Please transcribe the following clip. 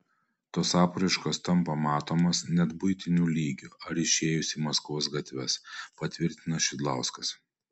tos apraiškos tampa matomos net buitiniu lygiu ar išėjus į maskvos gatves patvirtina šidlauskas